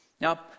Now